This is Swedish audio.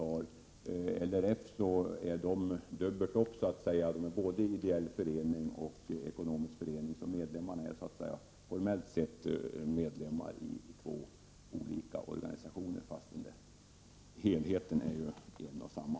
Är LRF dubbelt upp så att säga, både ideell förening och ekonomisk förening? Skulle medlemmarna formellt sett vara med i två olika organisationer, fast helheten är en och samma?